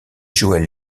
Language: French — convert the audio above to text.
joël